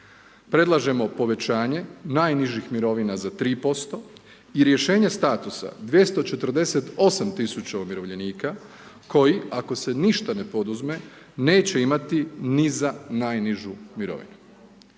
Predlažemo povećanje najnižih mirovina za 3% i rješenje statusa 248 tisuća umirovljenika koji ako se ništa ne poduzme neće imati ni za najnižu mirovinu.